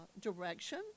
direction